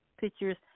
pictures